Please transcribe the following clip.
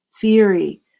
theory